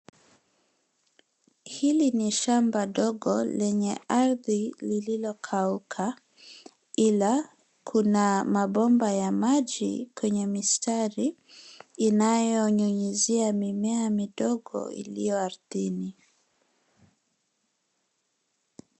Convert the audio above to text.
Hili ni shamba dogo lenye ardhi lililokauka, ila kuna mabomba ya maji kwenye mistari inayonyunyizia mimea midogo iliyo ardhini.